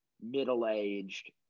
middle-aged